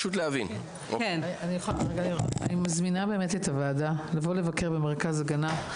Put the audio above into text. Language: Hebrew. אני מזמינה באמת את הוועדה לבוא לבקר במרכז הגנה.